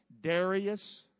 Darius